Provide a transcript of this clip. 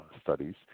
studies